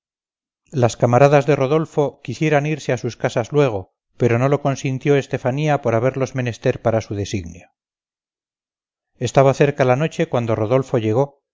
las camaradas de rodolfo quisieran irse a sus casas luego pero no lo consintió estefanía por haberlos menester para su designio estaba cerca la noche cuando rodolfo llegó